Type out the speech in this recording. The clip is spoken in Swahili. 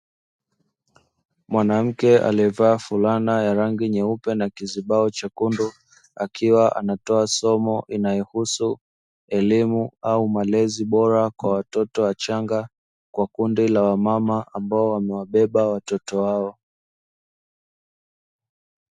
Mwanamke aliyevaa fulani ya rangi nyeupe na kizibao chekundu, akiwa anatoa somo linalohusu malezi bora watoto wachanga kwa kundi la wamama ambao wamewabeba watoto wao.